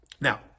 Now